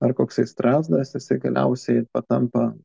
ar koksai strazdas jisai galiausiai patampa